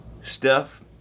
Steph